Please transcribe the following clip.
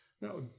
No